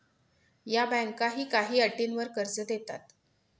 या बँका काही अटींवर कर्ज देतात